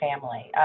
family